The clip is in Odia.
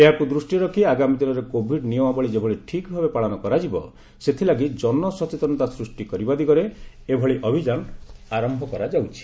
ଏହାକୁ ଦୃଷ୍ଟିରେ ରଖି ଆଗାମୀ ଦିନରେ କୋଭିଡ୍ ନିୟମାବଳୀ ଯେଭଳି ଠିକ୍ଭାବେ ପାଳନ କରାଯିବ ସେଥିଲାଗି ଜନସଚେତନତା ସୃଷ୍ଟି କରିବା ଦିଗରେ ଏଭଳି ଅଭିଯାନ ଆରମ୍ଭ କରାଯାଉଛି